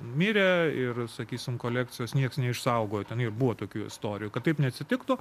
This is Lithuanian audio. mirė ir sakysim kolekcijos niekas neišsaugojo tenai buvo tokių istorijų kad taip neatsitiktų